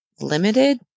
limited